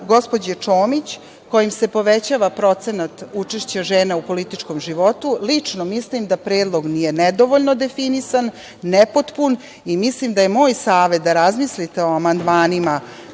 gospođe Čomić kojim se povećava procenat učešća žena u političkom životu, lično mislim da predlog nije nedovoljno definisan, nepotpun i moj savet je da razmislite o amandmanima